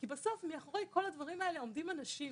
כי בסוף מאחורי כל הדברים הלאה עומדים אנשים.